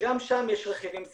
שגם שם יש רכיבים סינכרוניים,